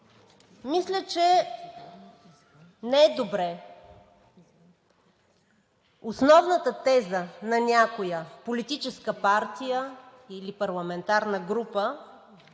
Мисля, че не е добре основната теза на някоя политическа партия или парламентарна група